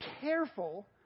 careful